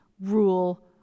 rule